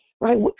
Right